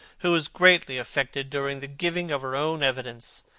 who was greatly affected during the giving of her own evidence,